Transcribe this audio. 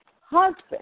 husband